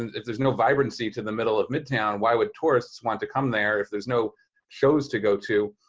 and if there's no vibrancy to the middle of midtown, why would tourists want to come there if there's no shows to go to?